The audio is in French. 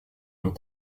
nos